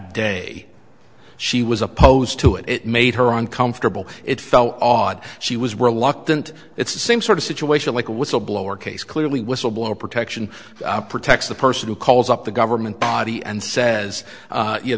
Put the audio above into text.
day she was opposed to it it made her uncomfortable it felt odd she was reluctant it's the same sort of situation like a whistleblower case clearly whistleblower protection protects the person who calls up the government body and says